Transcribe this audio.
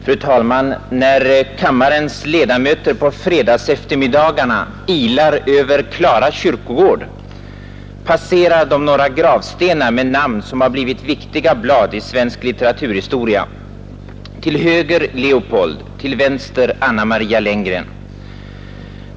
Herr talman! När kammarens ledamöter på fredagseftermiddagarna ilar över Klara kyrkogård, passerar de några gravstenar med namn som blivit viktiga blad i svensk litteraturhistoria: till höger Leopold, till vänster Anna Maria Lenngren.